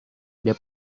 dia